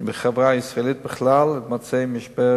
בחברה הישראלית בכלל ועם מצבי משבר